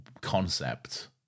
concept